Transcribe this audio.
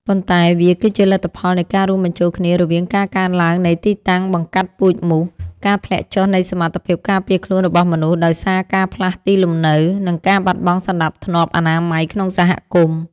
ប៉ុន្តែវាគឺជាលទ្ធផលនៃការរួមបញ្ចូលគ្នារវាងការកើនឡើងនៃទីតាំងបង្កាត់ពូជមូស ការធ្លាក់ចុះនៃសមត្ថភាពការពារខ្លួនរបស់មនុស្សដោយសារការផ្លាស់ទីលំនៅ និងការបាត់បង់សណ្តាប់ធ្នាប់អនាម័យក្នុងសហគមន៍។